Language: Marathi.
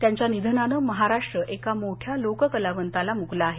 त्याच्या निधनानं महाराष्ट्र एका मोठ्या लोक कलावंताला मुकला आहे